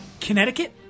Connecticut